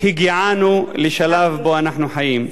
הגענו לשלב שבו אנחנו חיים.